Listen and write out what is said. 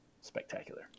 spectacular